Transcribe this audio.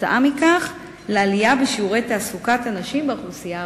וכתוצאה מכך לעלייה בשיעורי תעסוקת הנשים באוכלוסייה הערבית.